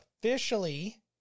officially